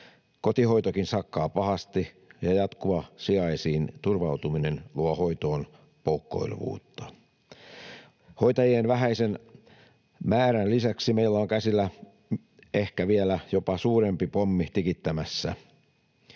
Kotihoitokin sakkaa pahasti, ja jatkuva sijaisiin turvautuminen luo hoitoon poukkoilevuutta. Hoitajien vähäisen määrän lisäksi meillä on käsillä ehkä jopa vielä suurempi pommi tikittämässä.